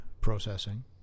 processing